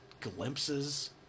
glimpses